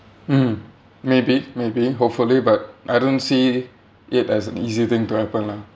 mm maybe maybe hopefully but I don't see it as an easy thing to happen lah